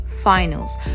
finals